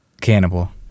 cannibal